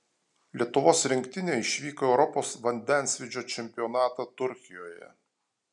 lietuvos rinktinė išvyko į europos vandensvydžio čempionatą turkijoje